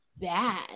bad